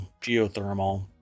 geothermal